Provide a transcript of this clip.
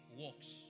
works